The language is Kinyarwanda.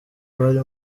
bari